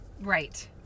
right